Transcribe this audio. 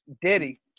Diddy